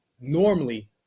normally